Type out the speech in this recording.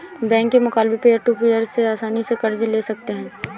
bank के मुकाबले peer to peer से आसनी से कर्ज ले सकते है